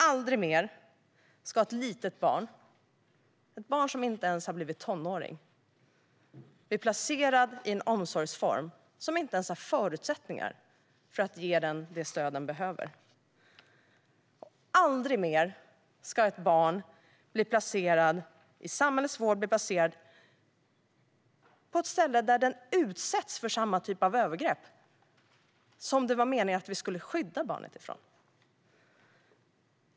Aldrig mer ska ett litet barn, ett barn som inte ens har blivit tonåring, placeras i en omsorgsform som inte ens har förutsättningar att ge det stöd som barnet behöver. Aldrig mer ska ett barn i samhällets vård placeras på ett ställe där det utsätts för samma typ av övergrepp som det var meningen att vi skulle skydda barnet ifrån.